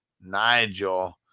Nigel